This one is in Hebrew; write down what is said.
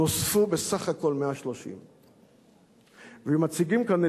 נוספו בסך הכול 130. ואם מציגים כאן נתונים,